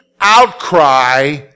outcry